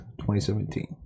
2017